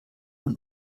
man